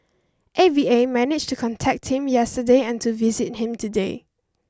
A V A managed to contact him yesterday and to visit him today